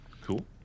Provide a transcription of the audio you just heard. Cool